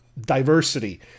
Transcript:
diversity